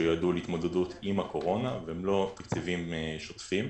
שיועדו להתמודדות עם הקורונה ולא תקציבים שוטפים,